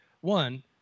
One